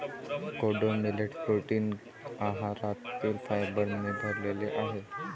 कोडो millet protein आहारातील फायबरने भरलेले आहे